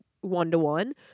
one-to-one